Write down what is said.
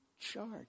charge